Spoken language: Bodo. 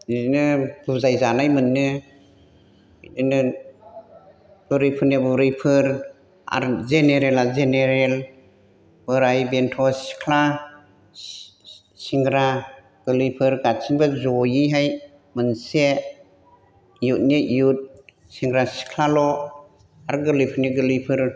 बिदिनो बुजाय जानाय मोनो बेदिनो बुरैफोरनिया बुरैफोर आर जेनेरेला जेनेरेल बोराइ बेन्थ सिख्ला सेंग्रा गोरलैफोर गासिबो जयैहाय मोनसे इउथनि इउथ सेंग्रा सिख्लाल' आरो गोरलैफोरनि गोरलैफोर